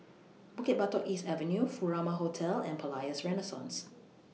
Bukit Batok East Avenue Furama Hotel and Palais Renaissance